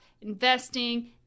investing